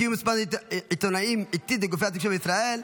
קיום מסיבת עיתונאים עיתית לגופי התקשורת בישראל),